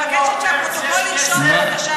אני מבקשת שבפרוטוקול יירשם, בבקשה.